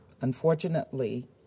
Unfortunately